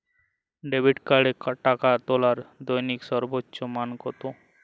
Debit কার্ডে টাকা তোলার দৈনিক সর্বোচ্চ মান কতো?